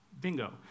Bingo